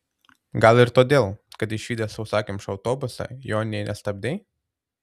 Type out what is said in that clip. gal ir todėl kad išvydęs sausakimšą autobusą jo nė nestabdei